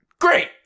great